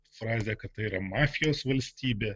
frazę kad tai yra mafijos valstybė